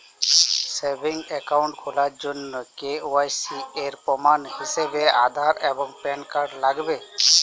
savings account খোলার জন্য KYC এর প্রমাণ হিসেবে আধার এবং প্যান কার্ড লাগবে